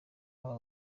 aba